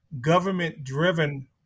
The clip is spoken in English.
government-driven